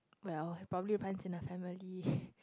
well it probably runs in the family